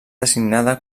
designada